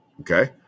Okay